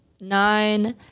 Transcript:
Nine